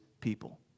people